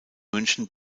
münchen